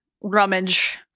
Rummage